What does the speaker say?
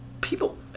people